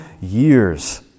years